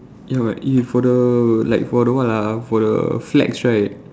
ya but if for the like for the what lah for the flag right